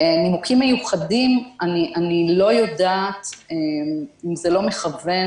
המושג "נימוקים מיוחדים" אני לא יודעת אם זה לא מכוון